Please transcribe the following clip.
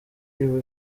iba